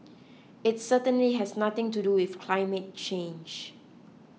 its certainly has nothing to do with climate change